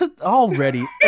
already